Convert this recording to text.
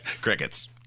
Crickets